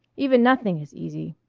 even nothing is easy!